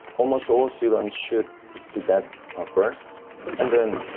almost all students should see that ah first and then,